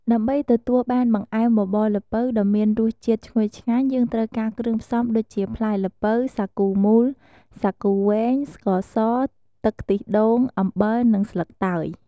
ដើម្បីទទួលបានបង្អែមបបរល្ពៅដ៏មានរសជាតិឈ្ងុយឆ្ងាញ់ យើងត្រូវការគ្រឿងផ្សំដូចជា ផ្លែល្ពៅ សាគូមូល សាគូវែង ស្ករស ទឹក ខ្ទិះដូង អំបិល និងស្លឹកតើយ។